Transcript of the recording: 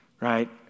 right